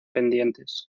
pendientes